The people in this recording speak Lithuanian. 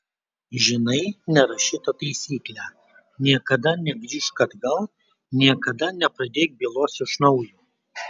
žinai nerašytą taisyklę niekada negrįžk atgal niekada nepradėk bylos iš naujo